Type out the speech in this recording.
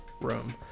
room